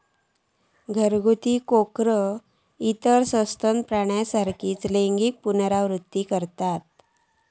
घरगुती कोकरा इतर सस्तन प्राण्यांसारखीच लैंगिक पुनरुत्पादन करतत